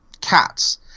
cats